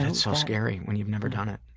and so scary when you've never done it.